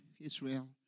Israel